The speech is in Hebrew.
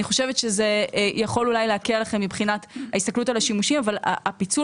אני חושבת שזה יכול להקל עליכם מבחינת ההסתכלות על השימושים אבל הפיצול